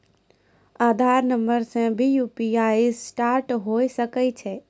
आधार नंबर से भी यु.पी.आई सिस्टम होय सकैय छै?